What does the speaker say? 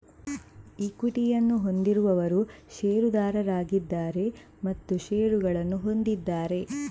ಈಕ್ವಿಟಿಯನ್ನು ಹೊಂದಿರುವವರು ಷೇರುದಾರರಾಗಿದ್ದಾರೆ ಮತ್ತು ಷೇರುಗಳನ್ನು ಹೊಂದಿದ್ದಾರೆ